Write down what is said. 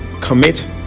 commit